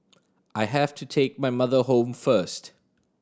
I have to take my mother home first